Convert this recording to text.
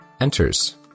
enters